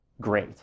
great